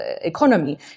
economy